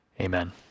Amen